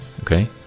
okay